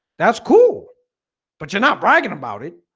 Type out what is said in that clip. that's cool but you're not bragging about it